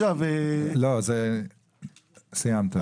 סיימת.